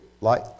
light